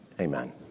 Amen